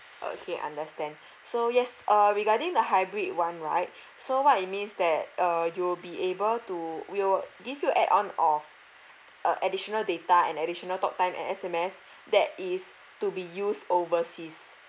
okay understand so yes uh regarding the hybrid one right so what it means that uh you will be able to we will give you add on of uh additional data and additional talk time and S_M_S that is to be used overseas